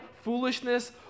foolishness